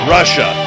Russia